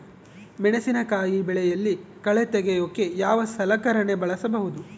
ಮೆಣಸಿನಕಾಯಿ ಬೆಳೆಯಲ್ಲಿ ಕಳೆ ತೆಗಿಯೋಕೆ ಯಾವ ಸಲಕರಣೆ ಬಳಸಬಹುದು?